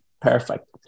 perfect